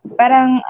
parang